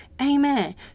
Amen